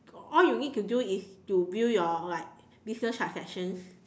all you need to do is to build your like business transactions